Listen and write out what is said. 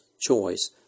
choice